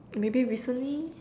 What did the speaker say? maybe recently